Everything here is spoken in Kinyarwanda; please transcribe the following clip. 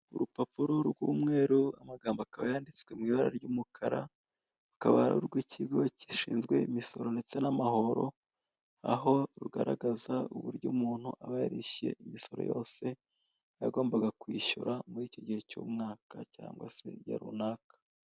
Urupapuro rw'umweru amagambo akabayanditse mu ibara ry'umukara, rukaba ari urw'ikigo k'imisoro n'amahoro aho rugaragaza uburyo umuntu aba yarishyuye imisoro yose yagombaga kwishyura muri icyo gihe cy'umwaka cyangwa se igihe runaka.